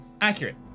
accurate